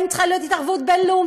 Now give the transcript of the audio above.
האם צריכה להיות התערבות בין-לאומית,